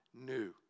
new